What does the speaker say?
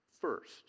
first